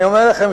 אני אומר לכם,